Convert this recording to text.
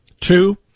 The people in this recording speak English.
Two